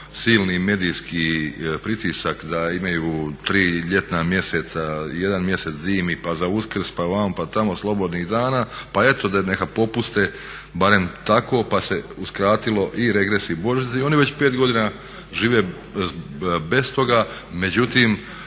silni medijski pritisak da imaju 3 ljetna mjeseca, 1 mjesec zimi pa za Uskrs pa vamo pa tamo slobodnih dana pa eto neka popuste barem tako pa se uskratilo i regres i božićnicu i oni već 5 godina žive bez toga. Međutim,